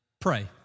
Pray